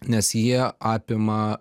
nes jie apima